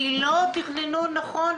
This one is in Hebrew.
כי לא תכננו נכון.